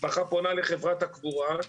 המשפחה פונה לחברת הקבורה,